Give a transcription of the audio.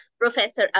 Professor